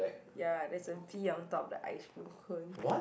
ya that is a T on top of the ice cream cone